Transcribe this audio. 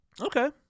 Okay